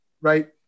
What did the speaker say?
right